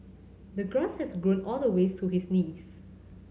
the grass had grown all the way to his knees